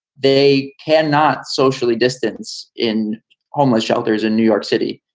they cannot socially distance in homeless shelters in new york city.